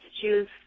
choose